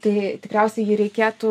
tai tikriausiai jį reikėtų